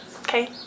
Okay